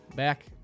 Back